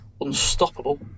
unstoppable